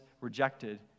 rejected